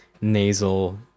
nasal